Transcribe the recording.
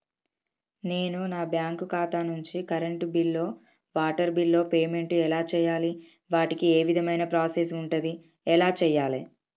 నేను నా బ్యాంకు ఖాతా నుంచి కరెంట్ బిల్లో వాటర్ బిల్లో పేమెంట్ ఎలా చేయాలి? వాటికి ఏ విధమైన ప్రాసెస్ ఉంటది? ఎలా చేయాలే?